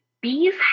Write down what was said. Bees